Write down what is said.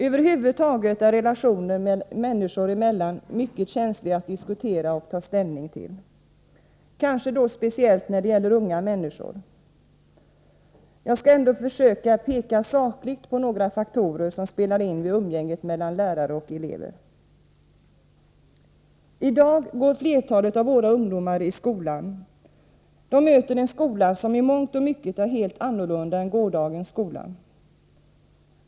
Över huvud taget är relationer människor emellan mycket känsliga att diskutera och ta ställning till, kanske speciellt när det gäller unga människor. Jag skall ändå försöka peka sakligt på några faktorer som spelar in vid umgänget mellan lärare och elever. I dag går flertalet av våra ungdomar i skolan. De möter en skola som i mångt och mycket är helt annorlunda än gårdagens skola.